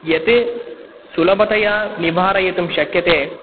यत् सुलभतया निवारयितुं शक्यते